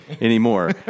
anymore